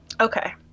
Okay